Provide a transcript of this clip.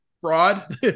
fraud